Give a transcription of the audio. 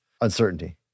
uncertainty